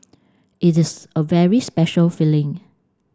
it is a very special feeling